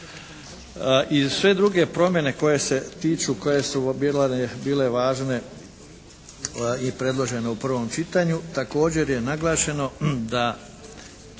I sve druge promjene koje se tiču, koje su bile važne i predložene u prvom čitanju također je naglašeno da će